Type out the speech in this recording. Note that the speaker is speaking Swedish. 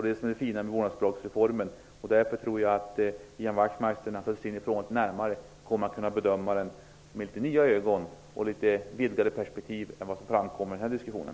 Det är det fina med vårdnadsbidragsreformen. Därför tror jag att när Ian Wachtmeister ser närmare på det hela kommer han att kunna göra en bedömning med ett mer vidgat perspektiv än vad som framkommer i denna diskussion.